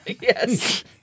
yes